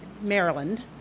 Maryland